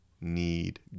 need